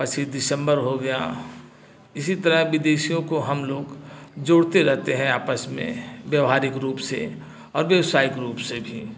पच्चीस दिसम्बर हो गया इसी तरह विदेशियों को हम लोग जोड़ते रहते हैं आपस में व्यवहारिक रूप से और व्यावसायिक रूप से भीं